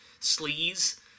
sleaze